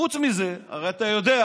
חוץ מזה, הרי אתה יודע,